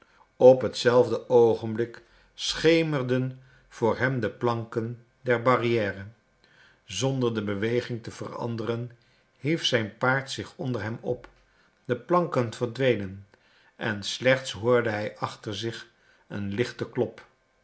op hetzelfde oogenblik schemerden voor hem de planken der barrière zonder de beweging te veranderen hief zijn paard zich onder hem op de planken verdwenen en slechts hoorde hij achter zich een lichten klop